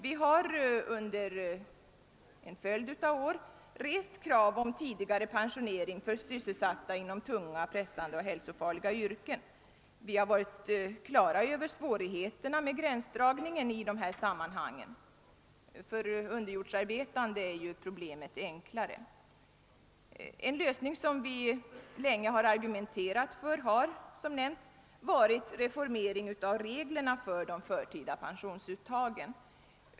Vi har under en följd av år rest krav om tidigare pensionering för sysselsatta inom tunga, pressande och hälsofarliga yrken. Vi har varit på det klara med svårigheterna med gränsdragningen i dessa sammanhang — för underjordsarbetande är problemet enklare. En lösning som vi länge har argumenterat för har som nämnts varit en reformering av reglerna för de förtida pensionsuttagen.